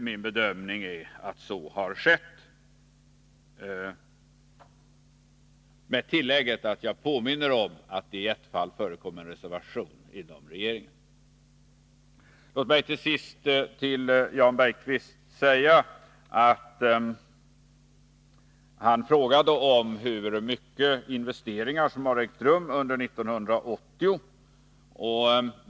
Min bedömning är att så har skett, med det tillägget att jag påminner om att det i ett fall förekom en reservation inom regeringen. Jan Bergqvist frågade hur mycket investeringar som har ägt rum under 1980.